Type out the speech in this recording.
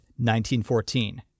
1914